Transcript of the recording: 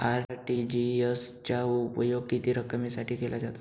RTGS चा उपयोग किती रकमेसाठी केला जातो?